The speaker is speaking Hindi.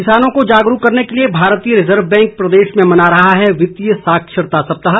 किसानों को जागरूक करने के लिए भारतीय रिजर्व बैंक प्रदेश में मना रहा है वित्तीय साक्षरता सप्ताह